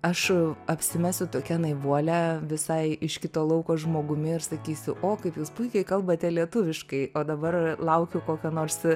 aš apsimesiu tokia naivuole visai iš kito lauko žmogumi ir sakysiu o kaip jūs puikiai kalbate lietuviškai o dabar laukiu kokio nors